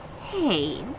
Hey